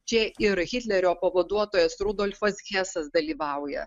čia yra hitlerio pavaduotojas rudolfas hesas dalyvauja